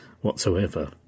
whatsoever